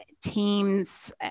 teams